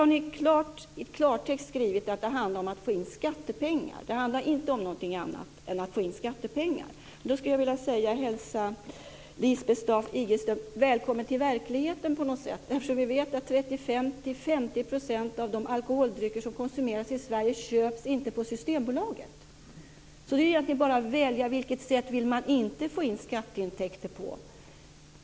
Ni har i klartext skrivit att det handlar om att få in skattepengar. Det handlar inte om någonting annat än att få in skattepengar. Då skulle jag vilja hälsa Lisbeth Staaf-Igelström välkommen till verkligheten, eftersom vi vet att 35-50 % av de alkoholdrycker som konsumeras i Sverige inte köps på Systembolaget. Det är egentligen bara att välja vilket sätt man inte vill få in skatteintäkter på.